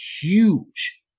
huge